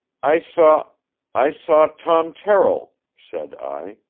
i saw i saw tom terrill, said i,